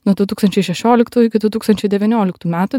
nuo du tūkstančiai šešioliktų iki du tūkstančiai devynioliktų metų